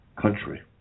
country